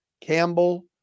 campbell